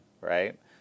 right